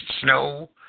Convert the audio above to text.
snow